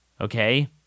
Okay